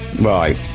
Right